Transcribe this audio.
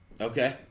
Okay